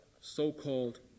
so-called